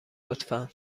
لطفا